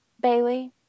Bailey